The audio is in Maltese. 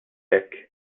hekk